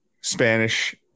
Spanish